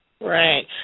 Right